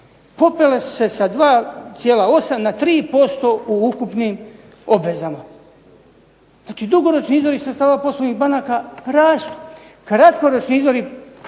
Popele su se sa 2,8 na 3% u ukupnim obvezama. Znači dugoročni izvori sredstava poslovnih banaka rastu. Kratkoročni izvori